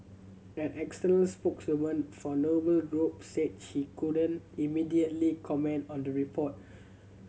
an external spokeswoman for Noble Group said she couldn't immediately comment on the report